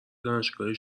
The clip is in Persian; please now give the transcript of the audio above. دانشگاهی